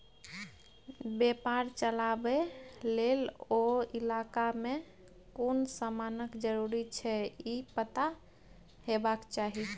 बेपार चलाबे लेल ओ इलाका में कुन समानक जरूरी छै ई पता हेबाक चाही